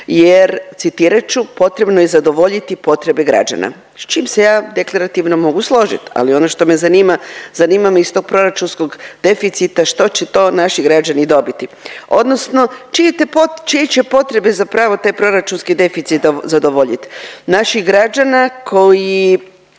jer citirat ću potrebno je zadovoljiti potrebe građana s čim se ja deklarativno mogu složit, ali ono što me zanima, zanima me iz tog proračunskog deficita što će to naši građani dobiti odnosno čije će potrebe zapravo taj proračunski deficit zadovoljit? Naših građana koji